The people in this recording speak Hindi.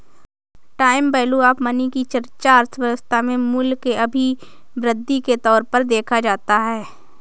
टाइम वैल्यू ऑफ मनी की चर्चा अर्थव्यवस्था में मूल्य के अभिवृद्धि के तौर पर देखा जाता है